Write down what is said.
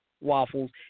waffles